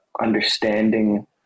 understanding